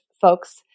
folks